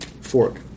fork